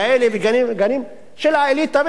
יש גנים כאלה, וגנים של האליטה.